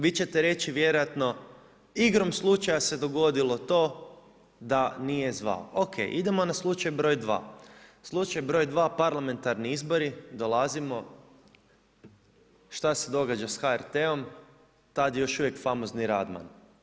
Vi ćete reći vjerojatno igrom slučaja se dogodilo to da nije zvao, o.k. Idemo na slučaj broj 2. parlamentarni izbori dolazimo, šta se događa s HRT-om, tada je još uvijek famozni Radman.